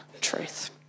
truth